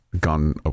gone